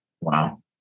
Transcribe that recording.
Wow